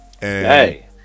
Hey